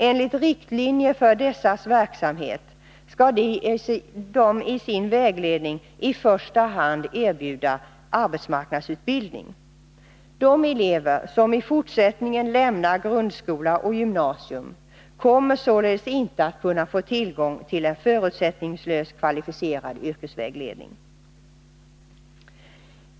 Enligt riktlinjerna för dessas verksamhet skall de i sin vägledning i första hand erbjuda arbetsmarknadsutbildning. De elever som i fortsättningen lämnar grundskola och gymnasium kommer således inte att kunna få tillgång till en förutsättningslös kvalificerad yrkesvägledning.